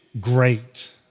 great